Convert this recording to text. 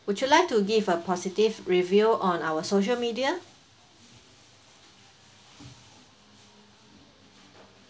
would you like to give a positive review on our social media